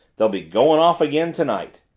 they'll be going off again to-night.